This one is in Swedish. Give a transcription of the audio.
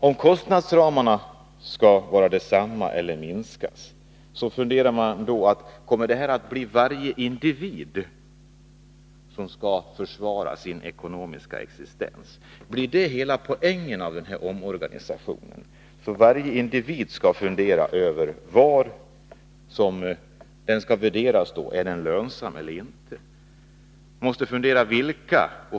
Om kostnadsramarna skall vara desamma eller minskas, så undrar man om det kommer att bli så att varje individ skall försvara sin ekonomiska existens. Är det hela poängen i denna omorganisation — att varje individ skall fundera över hur han skall värderas, om han är lönsam eller inte.